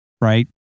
Right